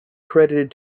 credited